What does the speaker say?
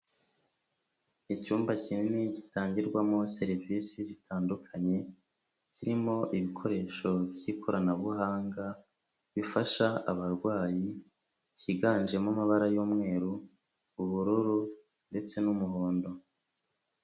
Icyumba kinini gitangirwamo serivisi zitandukanye, zirimo ibikoresho by'ikoranabuhanga bifasha abarwayi, cyiganjemo amabara y'umweru, ubururu ndetse n'umuhondo.